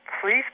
Please